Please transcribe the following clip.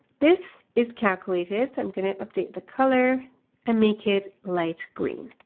this is calculated so i'm going to update the color and make it light green.